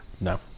no